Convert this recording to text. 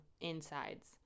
insides